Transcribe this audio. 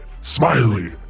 Smiley